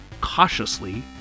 Cautiously